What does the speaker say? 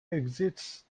exits